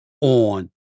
on